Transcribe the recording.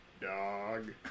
dog